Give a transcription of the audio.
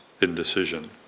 indecision